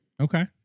Okay